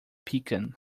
pecan